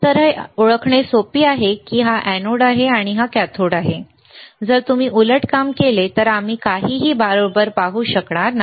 तर हे ओळखणे सोपे आहे की होय हा एनोड आहे हा कॅथोड आहे जर तुम्ही उलट काम केले तर आम्ही काहीही बरोबर पाहू शकणार नाही